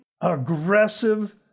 aggressive